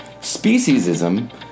speciesism